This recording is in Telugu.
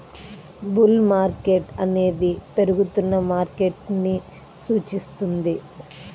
బుల్ మార్కెట్ అనేది పెరుగుతున్న మార్కెట్ను సూచిస్తుంది